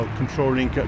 controlling